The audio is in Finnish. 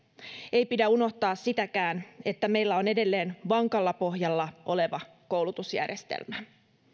ei pidä unohtaa sitäkään että meillä on edelleen vankalla pohjalla oleva koulutusjärjestelmä